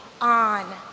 on